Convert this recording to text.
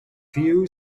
few